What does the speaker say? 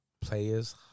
Players